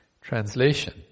translation